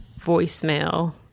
voicemail